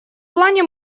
плане